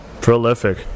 Prolific